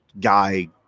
guy